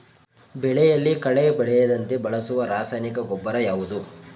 ಬೆಳೆಯಲ್ಲಿ ಕಳೆ ಬೆಳೆಯದಂತೆ ಬಳಸುವ ರಾಸಾಯನಿಕ ಗೊಬ್ಬರ ಯಾವುದು?